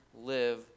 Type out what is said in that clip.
live